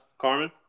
Carmen